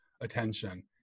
attention